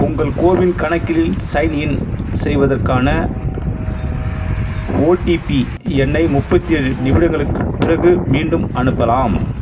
உங்கள் கோவின் கணக்கிலில் சைன்இன் செய்வதற்கான ஓடிபி எண்ணை முப்பத்தியேழு நிமிடங்களுக்கு பிறகு மீண்டும் அனுப்பலாம்